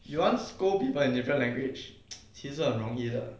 you want scold people in different language 其实很容易的